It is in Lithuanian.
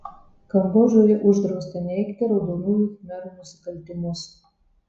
kambodžoje uždrausta neigti raudonųjų khmerų nusikaltimus